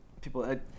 people